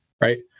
right